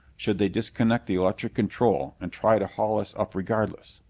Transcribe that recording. should they disconnect the electric control and try to haul us up regardless?